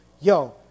Yo